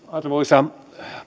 arvoisa